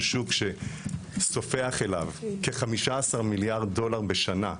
שוק שסופח אליו כ-15 מיליארד דולר בשנה,